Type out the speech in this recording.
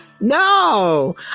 No